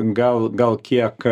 gal gal kiek